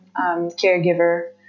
caregiver